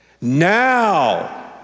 Now